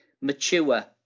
mature